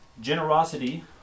Generosity